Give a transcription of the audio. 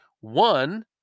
one